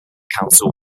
council